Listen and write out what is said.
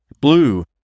blue